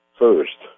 first